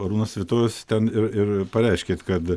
arūnas svitojus ten ir ir pareiškėt kad